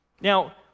Now